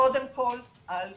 קודם כל אל תזיק.